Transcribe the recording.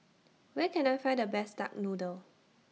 Where Can I Find The Best Duck Noodle